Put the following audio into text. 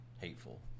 hateful